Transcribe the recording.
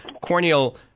corneal